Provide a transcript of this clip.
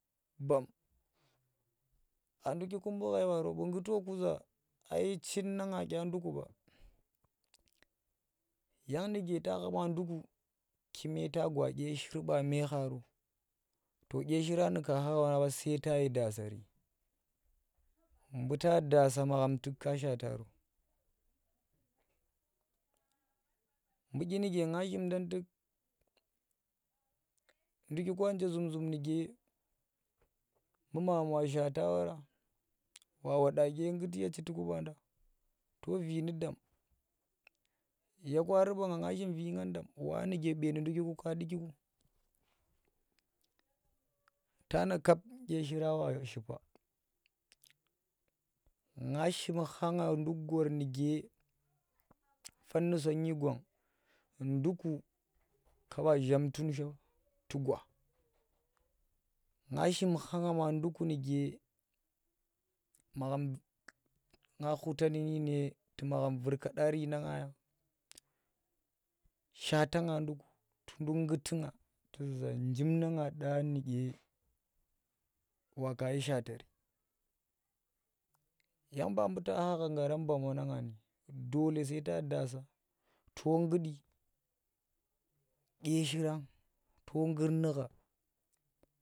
Bam a ndukiku bu ghai baaro bu ngguto za ai chin na nga nduku ɓa yang nuke ta khama nduku kime ta gwa dyeshir ba me kharo to shira nuka khaga wanang ɓa sai ta daasa, bu daasa magham ka shaata ro mbu dyi nake nga shimndan tuk ndwaku nje zum- zum nuke buu magham wa shaata wara ku wada dye ngghti ye chiti baanda ku rin dam bu kwaari nga shim vingan dam wa nuke nduki ku ka nduki ku tana kap dye shira wa shi pa nga shim khagha nduk gor nuge fan nu sonyi gwang nduku ka ɓa zham tun sho tu gwa, nga shim kha ngha ma nduku nuke nga khutan nune tu magham vur kadari na nga ya shaata nga nduku tunduk nggutu tu zu za njim na ngan nduku waka yi shaatari yang ba buta khagha garan bam wanang ni dole sai da daasa to nggut dye shira to nggut nugha.